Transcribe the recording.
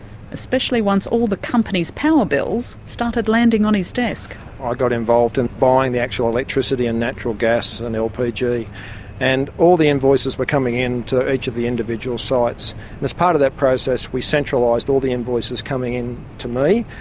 especially once all the company's power bills started landing on his desk. i got involved in buying the actual electricity and natural gas and lpg. and all the invoices were coming in to each of the individual sites. and as part of that process, we centralised all the invoices coming in to me,